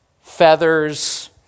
feathers